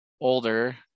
older